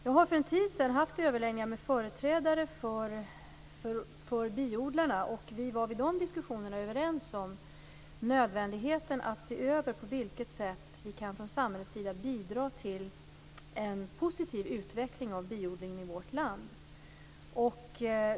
Jag hade för en tid sedan överläggningar med företrädare för biodlarna. Vi var vid dessa diskussioner överens om nödvändigheten av att se över på vilket sätt som vi från samhällets sida kan bidra till en positiv utveckling av biodlingen i vårt land.